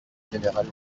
général